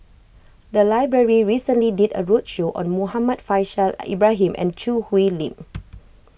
the library recently did a roadshow on Muhammad Faishal Ibrahim and Choo Hwee Lim